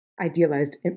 idealized